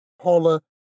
Paula